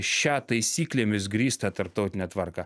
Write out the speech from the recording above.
šią taisyklėmis grįstą tarptautinę tvarką